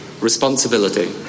responsibility